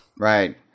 Right